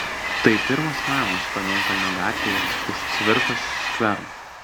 tai pirmas namas pamėnkalnio gatvėje už cvirkos skvero